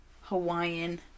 Hawaiian